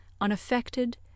unaffected